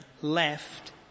left